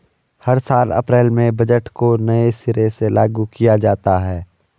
हर साल अप्रैल में बजट को नये सिरे से लागू किया जाता है